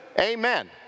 Amen